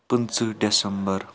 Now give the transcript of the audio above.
پٕنژٕہ ڈیٚسمبر